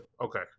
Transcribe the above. Okay